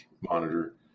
monitor